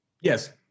yes